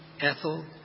Ethel